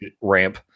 ramp